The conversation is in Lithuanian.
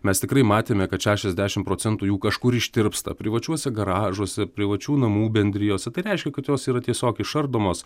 mes tikrai matėme kad šešiasdešimt procentų jų kažkur ištirpsta privačiuose garažuose privačių namų bendrijose tai reiškia kad jos yra tiesiog išardomos